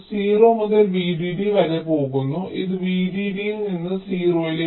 ഇത് 0 മുതൽ VDD വരെ പോകുന്നു ഇത് VDD ൽ നിന്ന് 0